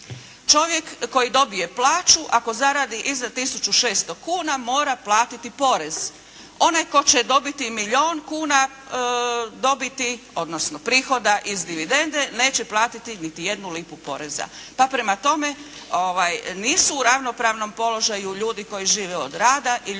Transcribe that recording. Čovjek koji dobije plaću ako zaradi iznad 1600 kuna mora platiti porez. Onaj tko će dobiti milijun kuna dobiti, odnosno prihoda iz dividende neće platiti niti jednu lipu poreza. Pa prema tome, nisu u ravnopravnom položaju ljudi koji žive od rada i ljudi